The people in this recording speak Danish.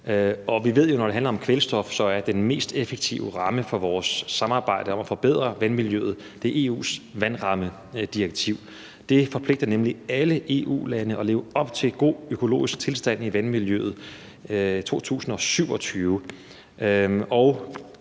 og vi ved jo, at når det handler om kvælstof, er den mest effektive ramme for vores samarbejde om at forbedre vandmiljøet EU's vandrammedirektiv. Det forpligter nemlig alle EU-lande til at leve op til god økologisk tilstand i vandmiljøet i 2027.